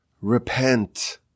Repent